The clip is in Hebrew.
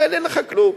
לא יעלה לך כלום.